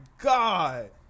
God